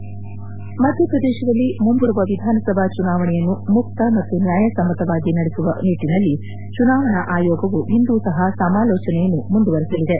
ುಧ್ಯಪ್ರದೇಶದಲ್ಲಿ ಮುಂಬರುವ ವಿಧಾನಸಭಾ ಚುನಾವಣೆಯನ್ನು ಮುಕ್ತ ಮತ್ತು ನ್ಯಾಯಸಮ್ಮತ್ತವಾಗಿ ನಡೆಸುವ ನಿಟ್ಟಿನಲ್ಲಿ ಚುನಾವಣಾ ಆಯೋಗವು ಾಂದು ಸಹ ಸಮಾಲೋಚನೆಯನ್ನು ಮುಂದುವರೆಸಲಿದೆ